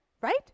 right